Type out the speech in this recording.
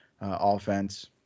offense